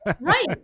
Right